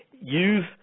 Use